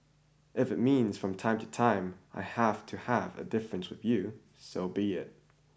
if that means from time to time I have to have a difference with you so be it